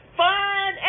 fun